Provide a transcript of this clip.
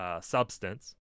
substance